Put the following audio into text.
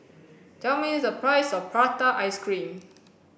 tell me the price of prata ice cream